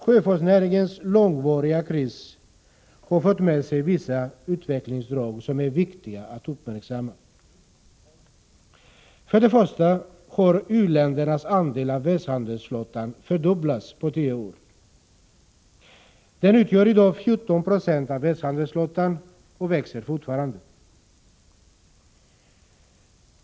Sjöfartsnäringens långvariga kris har fört med sig vissa utvecklingsdrag som det är viktigt att uppmärksamma. För det första har u-ländernas andel av världshandelsflottan fördubblats på tio år. Den utgör i dag 1490 av världshandelsflottan och växer fortfarande.